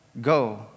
go